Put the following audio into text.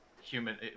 Human